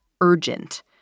urgent